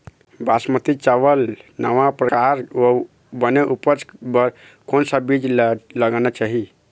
बासमती चावल नावा परकार अऊ बने उपज बर कोन सा बीज ला लगाना चाही?